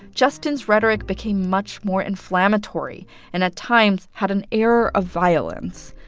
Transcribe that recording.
justin's rhetoric became much more inflammatory and at times had an air of violence,